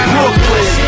Brooklyn